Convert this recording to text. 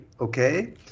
okay